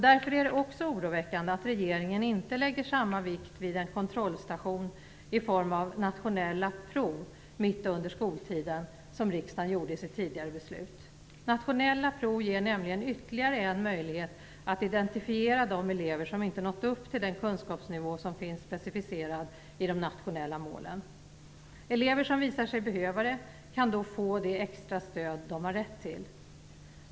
Därför är det också oroväckande att regeringen inte lägger samma vikt vid en kontrollstation i form av nationella prov mitt under skoltiden som riksdagen gjorde i sitt tidigare beslut. Nationella prov ger nämligen ytterligare en möjlighet att identifiera de elever som inte nått upp till den kunskapsnivå som finns specificerad i de nationella målen. Elever som visar sig behöva det kan då få det extra stöd de har rätt till.